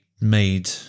made